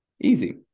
Easy